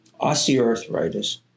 osteoarthritis